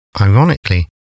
Ironically